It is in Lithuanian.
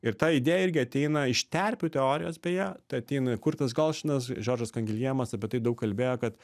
ir ta idėja irgi ateina iš terpių teorijos beje tai ateina kurtas galšinas žoržas kangijemas apie tai daug kalbėjo kad